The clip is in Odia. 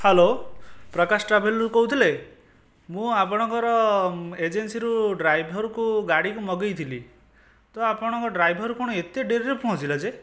ହ୍ୟାଲୋ ପ୍ରକାଶ ଟ୍ରାଭେଲରୁ କହୁଥିଲେ ମୁଁ ଆପଣଙ୍କର ଏଜେନ୍ସିରୁ ଡ୍ରାଇଭରକୁ ଗାଡ଼ିକୁ ମଗାଇଥିଲି ତ ଆପଣଙ୍କ ଡ୍ରାଇଭର କଣ ଏତେ ଡେରିରେ ପହଞ୍ଚିଲା ଯେ